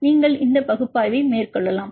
நீங்கள் இந்த பகுப்பாய்வை மேற்கொள்ளலாம்